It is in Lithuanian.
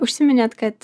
užsiminėt kad